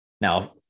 Now